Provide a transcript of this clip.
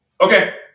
Okay